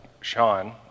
Sean